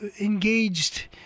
engaged